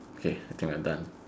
okay I think we are done